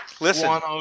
listen